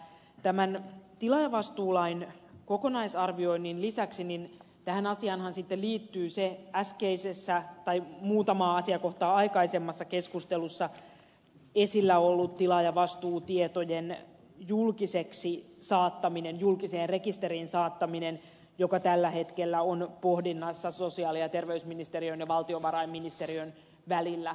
tämän tilaajavastuulain kokonaisarvioinnin lisäksi tähän asiaanhan liittyy se äskeisessä tai muutamaa asiakohtaa aikaisemmassa keskustelussa esillä ollut tilaajavastuutietojen julkiseksi saattaminen julkiseen rekisteriin saattaminen joka tällä hetkellä on pohdinnassa sosiaali ja terveysministeriön ja valtiovarainministeriön välillä